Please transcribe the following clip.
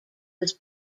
was